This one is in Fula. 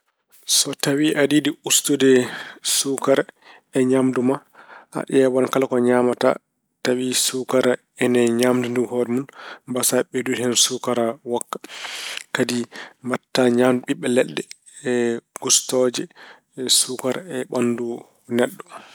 So tawi aɗa yiɗi ustude suukara e ñaamdu ma, a ƴeewan kala ko ñaamata tawa suukara ene e ñaamdu ndu hoore mun mbasaa ɓeydude hen suukara wokka. Kadi mbaɗta ñaamde ɓiɓɓe leɗɗe gustooje suukara e ɓanndu neɗɗo.